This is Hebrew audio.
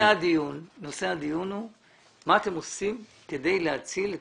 נושא הדיון הוא מה אתם עושים כדי להציל את